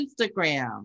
Instagram